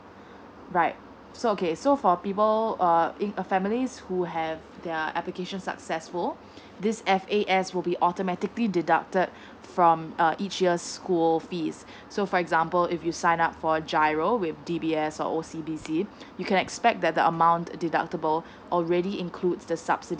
right so okay so for people err in families who have their application successful this F A S will be automatically deducted from uh each year school fees so for example if you sign up for giro witH_D_B S or O C B C you can expect that the amount deductible already includes the subsidy